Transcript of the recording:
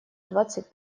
двадцать